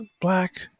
black